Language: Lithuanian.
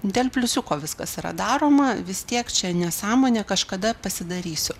dėl pliusiuko viskas yra daroma vis tiek čia nesąmonė kažkada pasidarysiu